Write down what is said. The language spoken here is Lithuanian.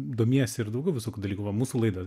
domiesi ir daugiau visokių dalykų va mūsų laida